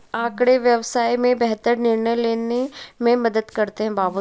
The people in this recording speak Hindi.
आँकड़े व्यवसाय में बेहतर निर्णय लेने में मदद करते हैं